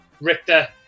Richter